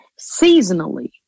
seasonally